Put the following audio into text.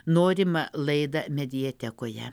norimą laidą mediatekoje